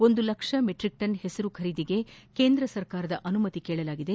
ಒಂದು lakh metric tonne ಹೆಸರು ಖರೀದಿಗೆ ಕೇಂದ್ರ ಸರ್ಕಾರದ ಅನುಮತಿ ಕೇಳಲಾಗಿದೆ